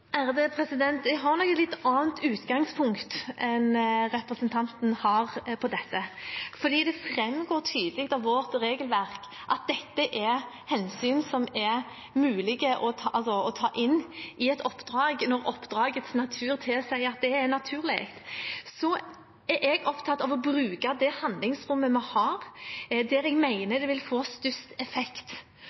Jeg har nok et litt annet utgangspunkt enn representanten har på dette, for det framgår tydelig av vårt regelverk at dette er hensyn som er mulig å ta inn i et oppdrag når oppdragets natur tilsier at det er naturlig. Så er jeg opptatt av å bruke det handlingsrommet vi har, der jeg mener det vil få størst effekt.